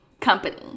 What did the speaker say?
company